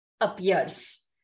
appears